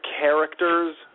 characters